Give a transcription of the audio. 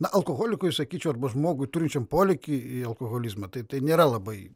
na alkoholikui sakyčiau arba žmogui turinčiam polinkį į alkoholizmą tai tai nėra labai